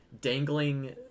dangling